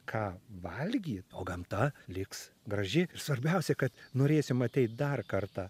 ką valgyt o gamta liks graži ir svarbiausia kad norėsim ateit dar kartą